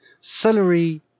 Celery